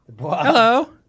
Hello